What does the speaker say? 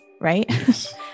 right